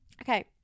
okay